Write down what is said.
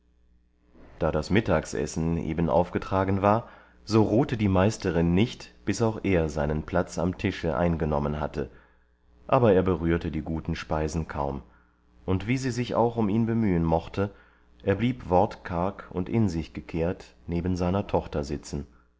da das mittagsessen eben aufgetragen war so ruhte die meisterin nicht bis auch er seinen platz am tische eingenommen hatte aber er berührte die guten speisen kaum und wie sie sich auch um ihn bemühen mochte er blieb wortkarg und in sich gekehrt neben seiner tochter sitzen